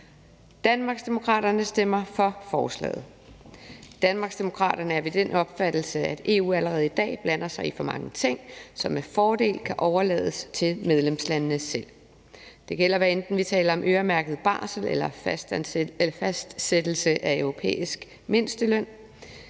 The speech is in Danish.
Danmarksdemokraterne stemmer for forslaget. Danmarksdemokraterne er af den opfattelse, at EU allerede i dag blander sig i for mange ting, som med fordel kan overlades til medlemslandene selv. Det gælder, hvad enten vi taler om øremærket barsel eller fastsættelse af europæisk mindsteløn.